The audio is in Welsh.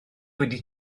wedi